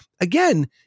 again